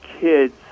kids